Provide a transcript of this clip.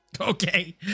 Okay